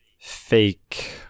fake